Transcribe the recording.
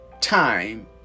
time